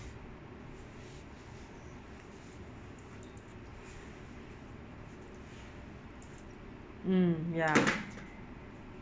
mm ya